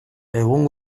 egun